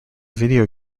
video